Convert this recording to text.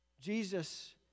Jesus